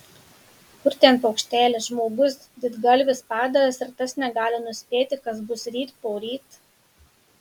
kur ten paukštelis žmogus didgalvis padaras ir tas negali nuspėti kas bus ryt poryt